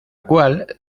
cual